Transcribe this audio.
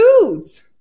foods